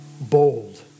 Bold